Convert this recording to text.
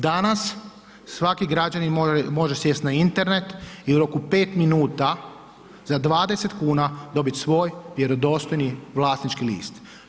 Danas svaki građanin može sjest na Internet i u roku 5 minuta za 20,00 kn dobit svoj vjerodostojni vlasnički list.